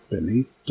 Beneath